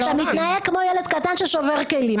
אתה מתנהג כמו ילד קטן ששובר כלים.